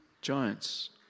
giants